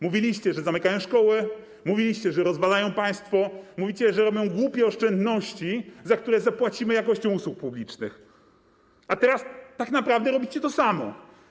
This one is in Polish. Mówiliście, że zamykają szkoły, mówiliście, że rozwalają państwo, mówiliście, że robią głupie oszczędności, za które zapłacimy jakością usług publicznych, a teraz tak naprawdę robicie to samo.